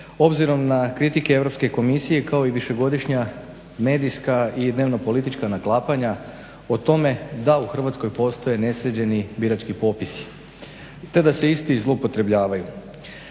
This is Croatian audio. obzirom na kritike Europske komisije kao i višegodišnja medijska i dnevno-politička naklapanja o tome da u Hrvatskoj postoje nesređeni birački popisi te da se isti zloupotrebljavaju.